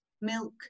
milk